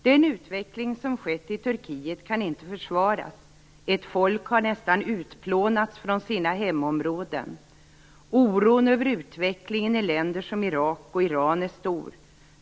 Den utveckling som har skett i Turkiet kan inte försvaras. Ett folk har nästan utplånats från sina hemområden. Oron över utvecklingen i länder som Iran och Irak är stor.